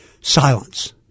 silence